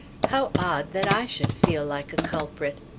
how odd that i should feel like a culprit!